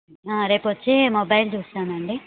రేపు వచ్చి మొబైల్ చూస్తామండి